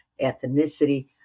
ethnicity